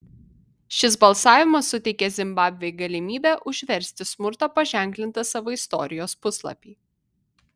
šis balsavimas suteikė zimbabvei galimybę užversti smurto paženklintą savo istorijos puslapį